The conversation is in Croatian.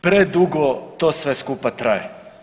Predugo to sve skupa traje.